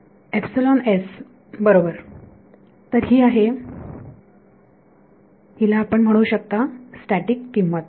epsilon S बरोबर तर ही आहे हिला आपण म्हणू शकता स्टॅटिक किंमत